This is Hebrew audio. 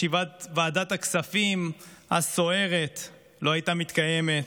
ישיבת ועדת הכספים הסוערת לא הייתה מתקיימת.